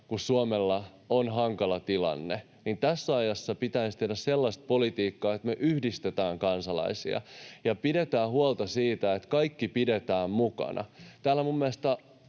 kun Suomella on hankala tilanne, pitäisi tehdä sellaista politiikkaa, että me yhdistetään kansalaisia ja pidetään huolta siitä, että kaikki pidetään mukana. Täällä minun mielestäni